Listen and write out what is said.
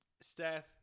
Steph